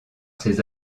ces